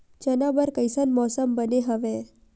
चना बर कइसन मौसम बने हवय?